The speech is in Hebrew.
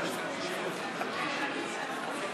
של חברות הכנסת קסניה סבטלובה ואיילת